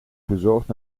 bezorgd